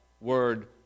Word